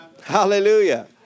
Hallelujah